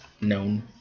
known